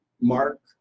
Mark